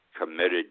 committed